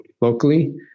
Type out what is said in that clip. locally